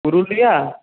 Purulia